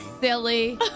silly